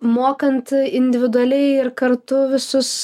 mokant individualiai ir kartu visus